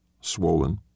swollen